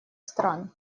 стран